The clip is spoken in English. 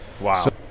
Wow